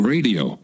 Radio